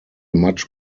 much